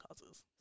causes